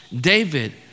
David